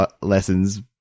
lessons